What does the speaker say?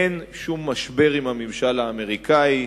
אין שום משבר עם הממשל האמריקני,